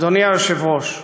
אדוני היושב-ראש,